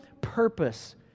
purpose